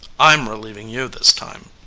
i'm relieving you this time.